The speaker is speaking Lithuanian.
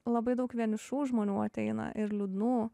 labai daug vienišų žmonių ateina ir liūdnų